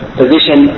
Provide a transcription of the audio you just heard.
position